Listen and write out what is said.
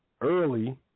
early